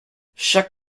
chaque